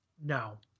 no